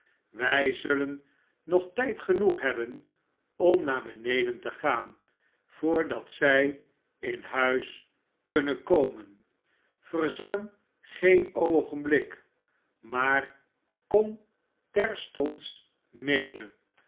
wij zullen nog tljd genoeg hebben om naar beneden te gaan voordat zij in huis kunnen komen verzuim geen oogenbhk maar kom terstond mede